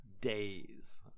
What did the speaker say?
days